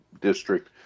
district